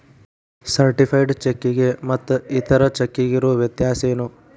Certified ಚೆಕ್ಕಿಗೆ ಮತ್ತ್ ಇತರೆ ಚೆಕ್ಕಿಗಿರೊ ವ್ಯತ್ಯಸೇನು?